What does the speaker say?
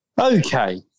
Okay